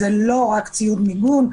זה לא רק ציוד מיגון.